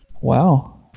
Wow